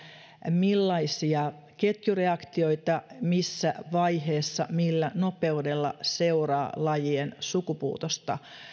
millaisia ketjureaktioita missä vaiheessa ja millä nopeudella seuraa lajien sukupuutosta